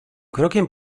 krokiem